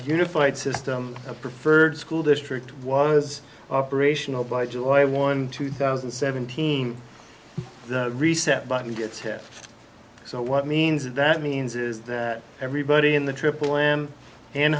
unified system a preferred school district was operational by july one two thousand and seventeen reset button gets hit so what means is that means is that everybody in the triple m